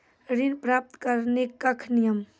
ऋण प्राप्त करने कख नियम?